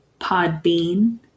Podbean